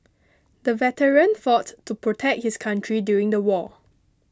the veteran fought to protect his country during the war